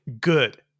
good